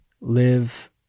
live